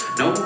no